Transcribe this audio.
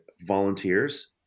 volunteers